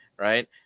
right